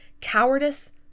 cowardice